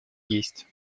есть